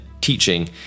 teaching